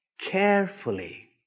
carefully